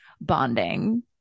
bonding